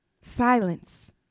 Silence